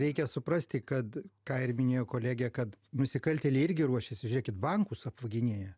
reikia suprasti kad ką ir minėjo kolegė kad nusikaltėliai irgi ruošiasi žėkit bankus apvoginėja